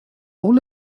all